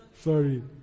sorry